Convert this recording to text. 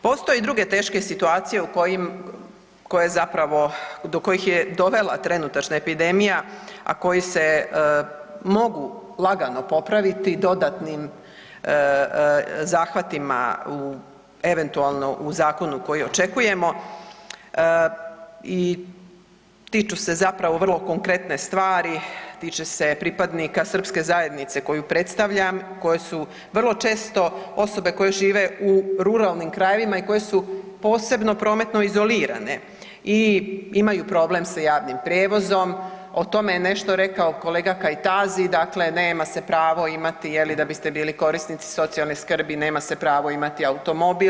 Postoje i druge teške situacije u kojim, koje zapravo, do kojih je dovela trenutačna epidemija, a koji se mogu lagano popraviti dodatnim zahvatima u, eventualno u zakonu koji očekujemo i tiču se zapravo vrlo konkretne stvari, tiče se pripadnika srpske zajednice koju predstavljam, koje su vrlo često osobe koje žive u ruralnim krajevima i koje su posebno prometno izolirane i imaju problem sa javnim prijevozom o tome je nešto rekao kolega Kajtazi, dakle nema se pravo imati je li da biste bili korisnici socijalne skrbi, nema se pravo imati automobil.